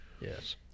Yes